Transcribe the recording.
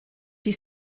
die